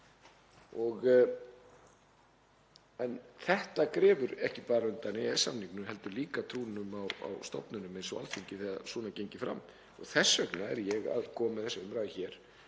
er. Það grefur ekki bara undan EES-samningnum heldur líka trú á stofnunum eins og Alþingi þegar svona er gengið fram og þess vegna er ég að koma með þessa umræðu hér